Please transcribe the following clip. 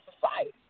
society